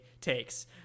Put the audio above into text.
takes